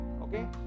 okay